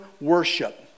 worship